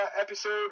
episode